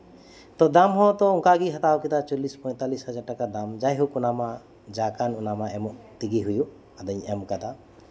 ᱫᱟᱢ ᱦᱚᱛᱚ ᱚᱱᱠᱟᱜᱮ ᱦᱟᱛᱟᱣ ᱠᱮᱫᱟᱭ ᱪᱚᱞᱞᱤᱥ ᱯᱚᱸᱭᱛᱟᱞᱞᱤᱥ ᱦᱟᱡᱟᱨ ᱴᱟᱠᱟ ᱫᱟᱢ ᱡᱟᱭᱦᱳᱠ ᱚᱱᱟ ᱢᱟ ᱡᱟ ᱠᱟᱱ ᱚᱱᱟ ᱢᱟ ᱮᱢᱚᱜ ᱛᱮᱜᱮ ᱦᱩᱭᱩᱜ ᱟᱫᱚᱧ ᱮᱢ ᱠᱟᱫᱟ